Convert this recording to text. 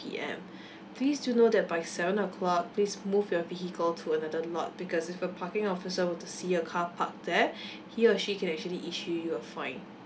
P_M please do know that by seven o'clock please move your vehicle to another lot because if a parking officer were to see your car parked there he or she can actually issue you a fine